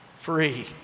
Free